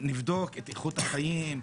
נבדוק את איכות החיים,